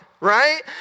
right